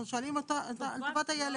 אנחנו שואלים מה טובת הילד.